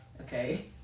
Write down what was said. Okay